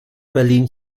berlin